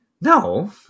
No